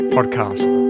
Podcast